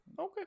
okay